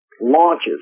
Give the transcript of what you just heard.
launches